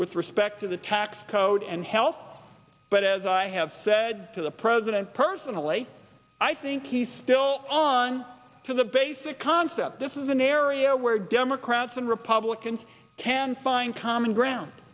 with respect to the tax code and health but as i have said to the president personally i think he's still on to the basic concept this is an area where democrats and republicans can find common ground